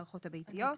המערכות הביתיות.